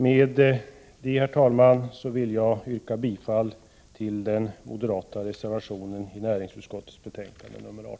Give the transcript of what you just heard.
Med detta, herr talman, vill jag yrka bifall till den moderata reservation som finns fogad till näringsutskottets betänkande nr 18.